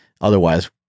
otherwise